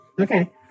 Okay